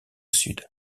sud